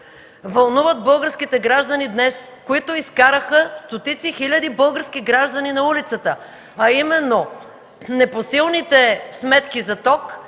вълнуват българските граждани днес и изкараха стотици хиляди граждани на улицата, а именно непосилните сметки за ток